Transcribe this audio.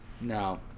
No